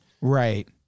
Right